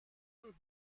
the